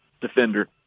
defender